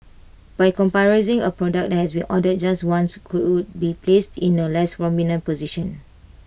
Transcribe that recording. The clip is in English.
by comprising A product that has been ordered just once could be placed in A less prominent position